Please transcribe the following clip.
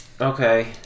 Okay